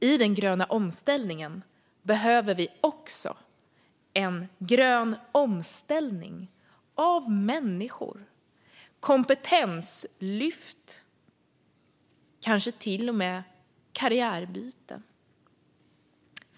I den gröna omställningen behöver vi också en grön omställning av människor - kompetenslyft och kanske till och med karriärbyte.